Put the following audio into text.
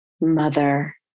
mother